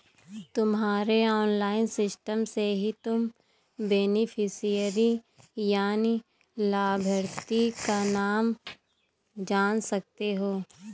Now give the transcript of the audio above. तुम्हारे online system से ही तुम बेनिफिशियरी यानि लाभार्थी का नाम जान सकते हो